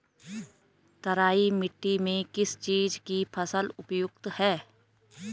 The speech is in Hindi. तराई मिट्टी में किस चीज़ की फसल उपयुक्त है?